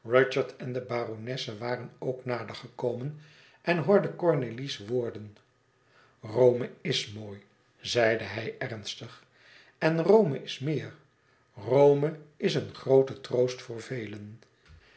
en de baronesse waren ook nader gekomen en hij hoorde cornélie's woorden rome is mooi zeide hij ernstig en rome is meer rome is een groote troost voor velen